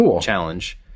challenge